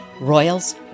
Royals